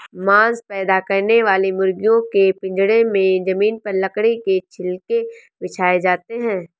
मांस पैदा करने वाली मुर्गियों के पिजड़े में जमीन पर लकड़ी के छिलके बिछाए जाते है